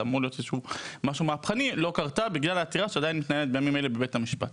לא קרתה בגלל העתירה שעדיין מתנהלת בבית המשפט.